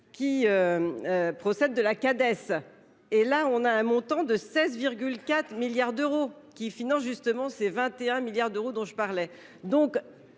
Qui. Procède de la. Et là on a un montant de 16 4 milliards d'euros qui finance justement ces 21 milliards d'euros dont je parlais